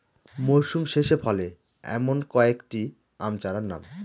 মরশুম শেষে ফলে এমন কয়েক টি আম চারার নাম?